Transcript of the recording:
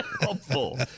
Helpful